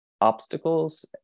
obstacles